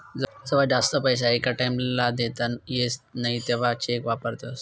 जवा जास्त पैसा एका टाईम ला देता येस नई तवा चेक वापरतस